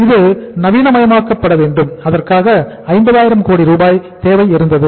இது நவீனமயமாக்கப்பட்ட வேண்டும் அதற்காக 50000 கோடி ரூபாய் தேவை இருந்தது